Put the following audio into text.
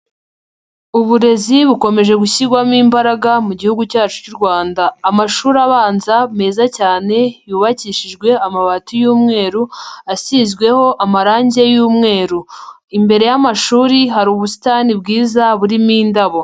Uburezi bukomeje gushyirwamo imbaraga mu gihugu cyacu cy'u Rwanda. Amashuri abanza meza cyane, yubakishijwe amabati y'umweru, asizweho amarangi y'umweru. Imbere y'amashuri hari ubusitani bwiza burimo indabo.